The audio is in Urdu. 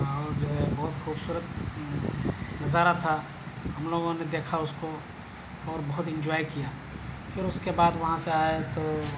اور جو ہے بہت خوبصورت نظارہ تھا ہم لوگوں نے دیکھا اس کو اور بہت انجوائے کیا پھر اس کے بعد وہاں سے آئے تو